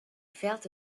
felt